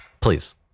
Please